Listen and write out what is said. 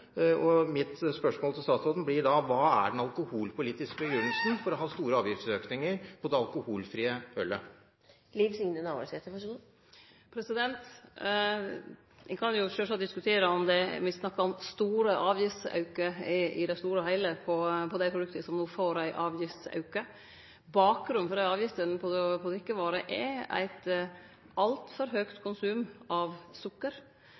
øl. Mitt spørsmål til statsråden blir da: Hva er den alkoholpolitiske begrunnelsen for å ha store avgiftsøkninger på det alkoholfrie ølet? Ein kan sjølvsagt diskutere om me snakkar om store avgiftsaukar i det store og heile på det produktet som no får ein avgiftsauke. Bakgrunnen for avgiftene på drikkevarer er eit altfor høgt konsum av sukker.